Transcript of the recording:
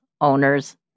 owners